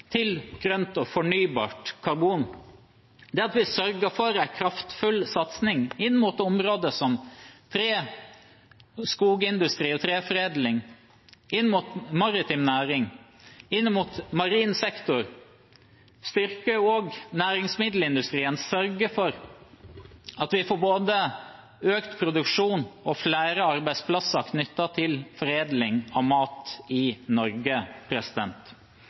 til å bruke grønt og fornybart karbon, det at vi sørger for en kraftfull satsing inn mot områder som bred skogindustri og treforedling, inn mot maritim næring, inn mot marin sektor, og også styrke næringsmiddelindustrien og sørge for at vi får både økt produksjon og flere arbeidsplasser knyttet til foredling av mat i Norge.